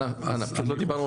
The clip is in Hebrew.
עוד לא דיברנו